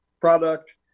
product